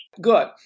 Good